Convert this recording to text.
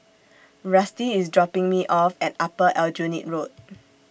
Rusty IS dropping Me off At Upper Aljunied Road